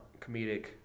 comedic